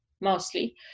mostly